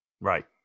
Right